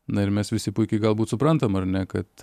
na ir mes visi puikiai galbūt suprantam ar ne kad